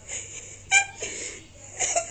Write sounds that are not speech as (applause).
(noise)